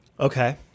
Okay